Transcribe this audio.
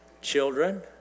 Children